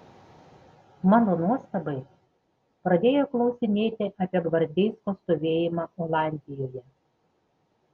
mano nuostabai pradėjo klausinėti apie gvardeisko stovėjimą olandijoje